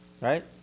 Right